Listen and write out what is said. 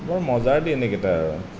বৰ মজাৰ দিন এইকেইটা আৰু